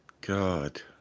God